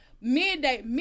midday